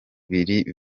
bibiri